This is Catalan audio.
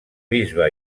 bisbe